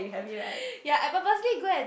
ya I purposely go and